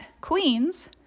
queens